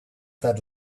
that